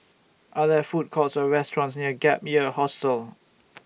Are There Food Courts Or restaurants near Gap Year Hostel